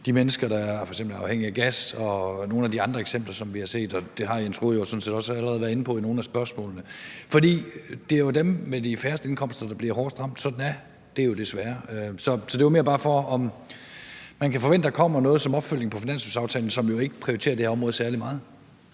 de mennesker, der f.eks. er afhængige af gas, og i nogle af de andre eksempler, som vi har set, og det har Jens Rohde jo sådan set også allerede været inde på i nogle af spørgsmålene. For det er jo dem med de laveste indkomster, der bliver hårdest ramt. Sådan er det jo desværre. Så det var bare mere for at høre, om man kan forvente, at der kommer noget som opfølgning på finanslovsaftalen, som jo ikke prioriterer det her område særlig meget.